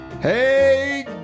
hey